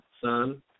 Son